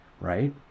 right